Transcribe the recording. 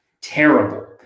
terrible